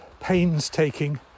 painstaking